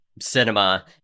cinema